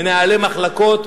מנהלי מחלקות,